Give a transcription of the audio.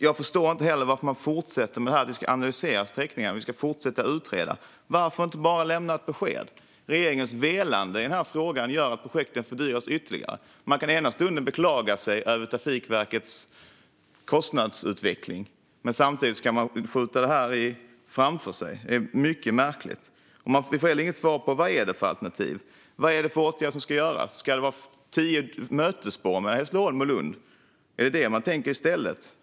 Jag förstår inte heller varför man fortsätter med att analysera sträckningar och fortsätter att utreda. Varför inte bara lämna ett besked? Regeringens velande i frågan gör att projekten fördyras ytterligare. I den ena stunden beklagar man sig över Trafikverkets kostnadsutveckling för att i den andra stunden skjuta det hela framför sig. Det är mycket märkligt. Vi får inte heller något svar på vad alternativet är. Vad är det för åtgärd som ska vidtas? Ska det vara tio mötesspår mellan Hässleholm och Lund? Är det detta man tänker sig i stället?